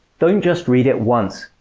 don't just read it once.